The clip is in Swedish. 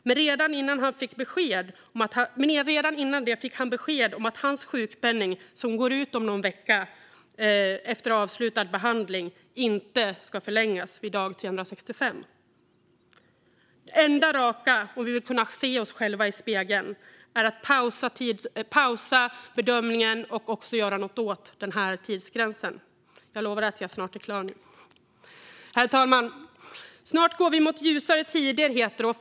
Men redan innan det fick han besked om att hans sjukpenning, som går ut om någon vecka, efter avslutad behandling, inte ska förlängas vid dag 365. Det enda raka om vi vill kunna se oss själva i spegeln är att pausa bedömningen och också göra något åt den här tidsgränsen. Herr talman! Jag lovar att jag snart är klar med mitt anförande. Snart går vi mot ljusare tider, heter det.